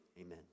amen